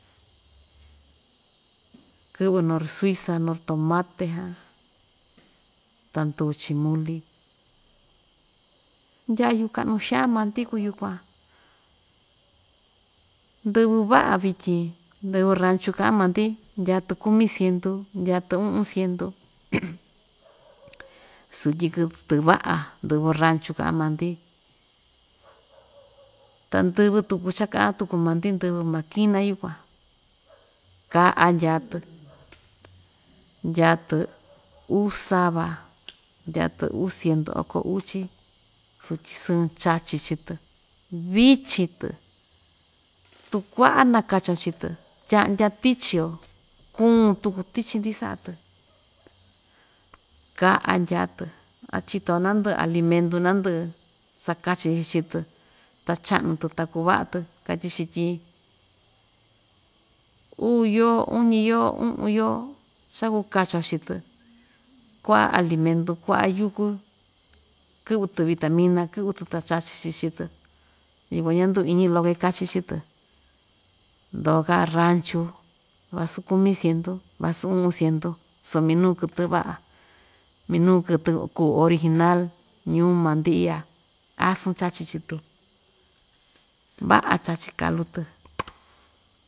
Kɨ'vɨ norsuiza nortomate jan, ta ndu‑chi muli ndayu ka'nu xaan ma‑ndi kuu yukuan ndɨvɨ va'a vityin ndɨvɨ ranchu ka'a ma‑ndi ndya‑tɨ kumi siendu, ndya‑tɨ u'un siendu, sutyi kɨtɨ va'a ndɨvɨ ranchu ka'an maa‑ndi ta ndɨvɨ tuku cha ka'an tuku maa‑ndi ndɨvɨ makina yukuan ka'a ndyaa‑tɨ ndyaa‑tɨ uu sava, ndyaa‑tɨ uu siendu oko uchi, sutyi sɨɨn chachi chii‑tɨ vichin‑tɨ tu kua'a nakacho chii‑tɨ tya'ndya tichi‑yo, kuun tuku tichi‑ndi sa'a‑tɨ ka'a ndyaa‑tɨ, a chito‑yo nandɨ'ɨ alimentu nandɨ'ɨ sakachi‑chi chii‑tɨ ta cha'nu‑tɨ ta kuu va'a‑tɨ katyi‑chi tyi uu yoo, uñi yoo, u'un yoo cha kuu kachi‑yo chii‑tɨ kua'a alimentu, kua'a yukú kɨ'vɨ‑tɨ vitamina, kɨ'vɨ‑tɨ ta chachi‑chi chii‑tɨ yukuan ña‑nduiñi loké kachi chii‑tɨ ndoo‑ka ranchu vasu kumi siendu, vasu u'un siendu, so minuu kɨtɨ va'a minuu kɨtɨ kuu original ñuu maa‑ndi iya asɨɨn chachi chii‑tɨ va'a chachi kalu‑tɨ.